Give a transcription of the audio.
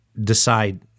decide